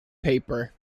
paper